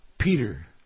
Peter